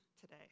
today